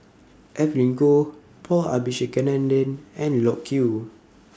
Evelyn Goh Paul Abisheganaden and Loke Yew